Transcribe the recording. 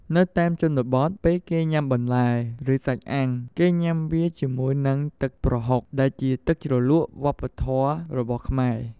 នៅតំបន់ជនបទ ពេលគេញុាំបន្លែ ឬសាច់អាំងគេញុាំវាជាមួយនឹងទឹកប្រហុក ដែលជាទឹកជ្រលក់វប្បធម៍របស់ខ្មែរ។